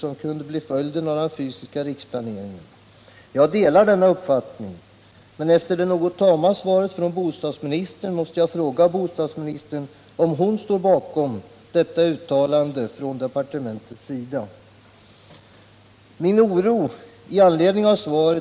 Här fordrades och fordras en omfattande reglering både vad gäller inre och yttre miljö, återverkningar på landskap och natur. På samma sätt måste samhället påverka och styra den industriella utvecklingen av jordoch skogsbruk — och detta utan att berörda intressenter skall få aktualisera ersättningsanspråk.